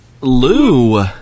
Lou